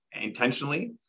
intentionally